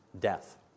death